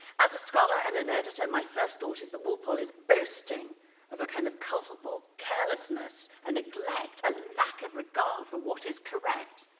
as a scholar and an editor, my first thought is that walpole is boasting of a kind of culpable carelessness and neglect a lack of regard for what is correct.